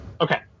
Okay